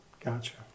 Gotcha